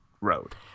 road